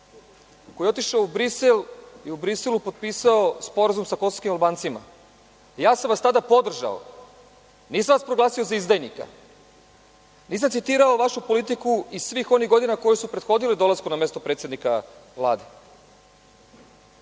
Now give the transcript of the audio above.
koji je otišao u Brisel i u Briselu potpisao sporazum sa kosovskim Albancima. Ja sam vas tada podržao, nisam vas proglasio za izdajnika, nisam citirao vašu politiku iz svih onih godina koje su prethodile dolasku na mesto predsednika